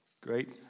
Great